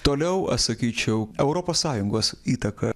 toliau as sakyčiau europos sąjungos įtaka